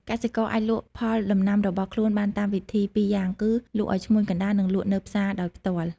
កសិករអាចលក់ផលដំណាំរបស់ខ្លួនបានតាមវិធីពីរយ៉ាងគឺ លក់ឱ្យឈ្មួញកណ្តាល និងលក់នៅផ្សារដោយផ្ទាល់។